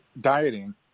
dieting